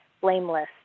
blameless